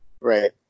right